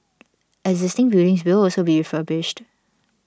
existing buildings will also be refurbished